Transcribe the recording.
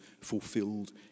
fulfilled